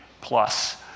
plus